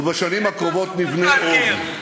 ובשנים הקרובות נבנה עוד.